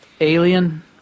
alien